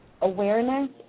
awareness